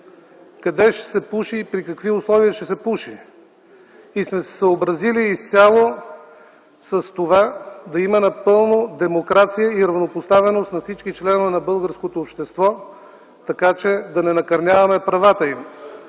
къде ще се пуши и при какви условия ще се пуши. Съобразили сме се изцяло с това да има напълно демокрация и равнопоставеност на всички членове на българското общество, така че да не накърняваме правата им.